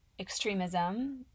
extremism